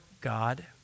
God